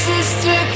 Sister